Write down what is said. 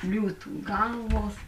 liūtų galvos